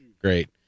Great